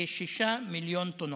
כ-6 מיליון טונות.